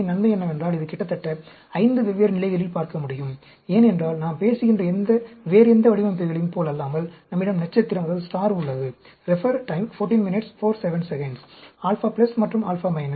CCD யின் நன்மை என்னவென்றால் இது கிட்டத்தட்ட 5 வெவ்வேறு நிலைகளில் பார்க்க முடியும் ஏனென்றால் நாம் பேசுகின்ற வேறு எந்த வடிவமைப்புகளையும் போலல்லாமல் நம்மிடம் நட்சத்திரம் உள்ளது α மற்றும் α